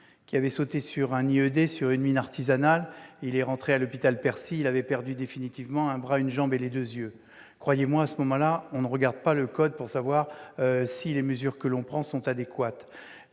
un IED, autrement dit sur une mine artisanale. Admis à l'hôpital Percy, il avait définitivement perdu un bras, une jambe et les deux yeux. Croyez-moi : à ce moment-là, on ne regarde pas le code pour savoir si les mesures que l'on prend sont adéquates.